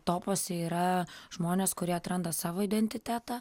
topuose yra žmonės kurie atranda savo identitetą